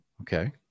Okay